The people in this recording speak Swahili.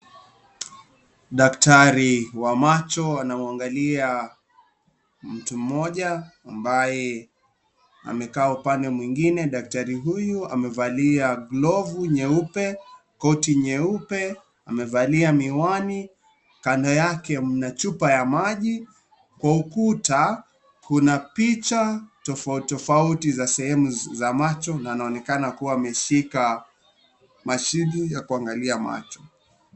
Daktari wa macho anamwangalia mtu mmoja ambaye amekaa upande mwingine. Daktari huyu amevalia glovu nyeupe, koti nyeupe. Amevalia miwani. Kando yake mna chupa ya maji. Kwa ukuta kuna picha tofauti tofauti za sehemu za macho na anaonekana kuwa ameshika mashini ya kuangalia macho.